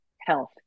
health